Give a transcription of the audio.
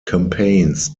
campaigns